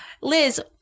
Liz